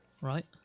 right